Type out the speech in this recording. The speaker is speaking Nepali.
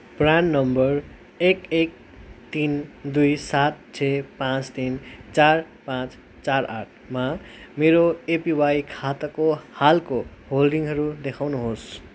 प्रान नम्बर एक एक तिन दुई सात छ पाँँच तिन चार पाँच चार आठमा मेरो एपिवाई खाताको हालको होल्डिङहरू देखाउनुहोस्